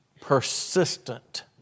persistent